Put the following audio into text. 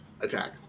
attack